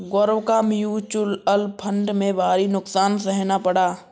गौरव को mutual fund में भारी नुकसान सहना पड़ा